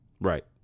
right